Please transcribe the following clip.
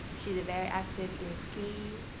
she's a very active in ski,